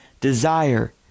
desire